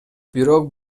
бирок